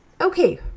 Okay